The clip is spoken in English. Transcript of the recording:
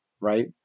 right